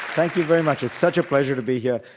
thank you very much, it's such a pleasure to be here.